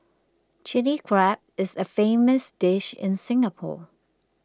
Chilli Crab is a famous dish in Singapore